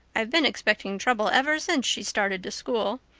i've been expecting trouble ever since she started to school.